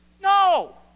No